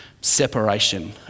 separation